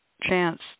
chance